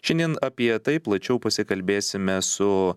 šiandien apie tai plačiau pasikalbėsime su